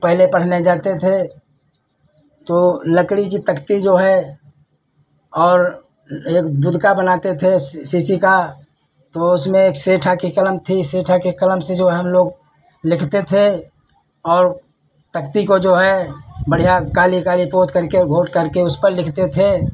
पहले पढ़ने जाते थे तो लकड़ी की तख्ती जो है और एक बुधका बनाते थे शीशी का तो वह उसमें एक सेठा की कलम थी सेठा की कलम से जो है हमलोग लिखते थे और तख्ती को जो है बढ़ियाँ काली काली पोत करके और घोँट करके उस पर लिखते थे